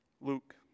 Luke